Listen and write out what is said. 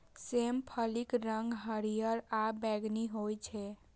सेम फलीक रंग हरियर आ बैंगनी होइ छै